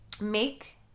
Make